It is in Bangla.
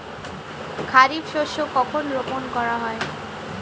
খারিফ শস্য কখন রোপন করা হয়?